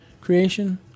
creation